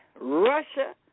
Russia